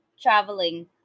traveling